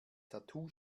tattoo